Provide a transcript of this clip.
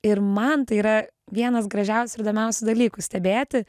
ir man tai yra vienas gražiausių ir įdomiausių dalykų stebėti